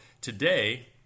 today